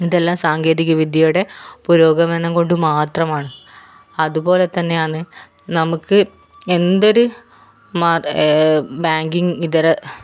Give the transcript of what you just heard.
ഇതെല്ലം സാങ്കേതികവിദ്യയുടെ പുരോഗമനം കൊണ്ട് മാത്രമാണ് അതുപോലെതന്നെയാന്ന് നമുക്ക് എന്തൊരു മാ ബാങ്കിംഗ് ഇതര